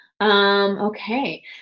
Okay